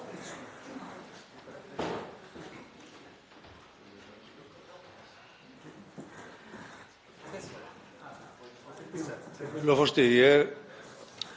Þeir